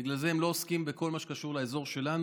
בגלל זה הם לא עוסקים בכל מה שקשור לאזור שלנו.